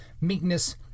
meekness